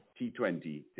T20